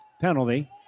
penalty